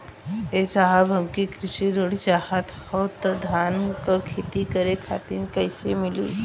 ए साहब हमके कृषि ऋण चाहत रहल ह धान क खेती करे खातिर कईसे मीली?